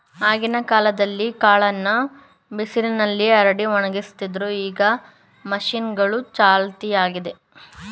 ಆಗಿನ ಕಾಲ್ದಲ್ಲೀ ಕಾಳನ್ನ ಬಿಸಿಲ್ನಲ್ಲಿ ಹರಡಿ ಒಣಗಿಸ್ತಿದ್ರು ಈಗ ಮಷೀನ್ಗಳೂ ಚಾಲ್ತಿಯಲ್ಲಿದೆ